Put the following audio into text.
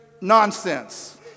nonsense